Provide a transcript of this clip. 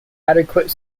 adequate